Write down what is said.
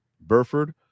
Burford